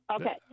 Okay